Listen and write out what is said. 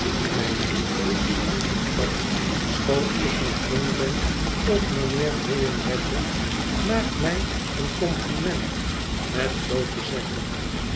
mijne liefjes dat schoon ik nog jong ben of mijnheer bayham badger maakt mij een compliment met zoo te zeggen